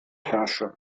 herrsche